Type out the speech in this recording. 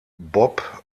bob